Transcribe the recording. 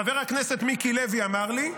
חבר הכנסת מיקי לוי אמר לי: